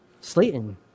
Slayton